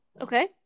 Okay